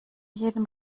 jedem